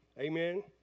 Amen